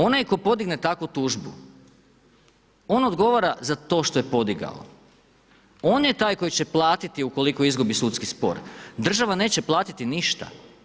Onaj tko podigne takvu tužbu, on odgovara za to što je podigao, on je taj koji će platiti ukoliko izgubi sudski spor, država neće platiti ništa.